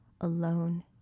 alone